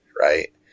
right